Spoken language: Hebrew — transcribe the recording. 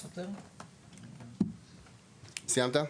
סיימת?